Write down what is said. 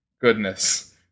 Goodness